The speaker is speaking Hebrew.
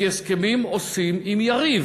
כי הסכמים עושים עם יריב,